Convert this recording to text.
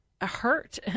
hurt